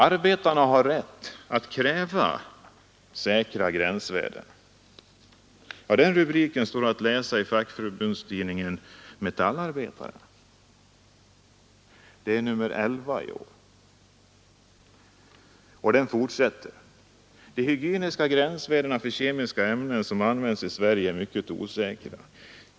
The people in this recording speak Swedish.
”Arbetarna har rätt att kräva säkra gränsvärden.” Den rubriken står att läsa i fackförbundstidningen Metallarbetaren nr 11 i år. Artikelns ingress fortsätter: ”De hygieniska gränsvärden för kemiska ämnen som används i Sverige är mycket osäkra.